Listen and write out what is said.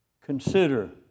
consider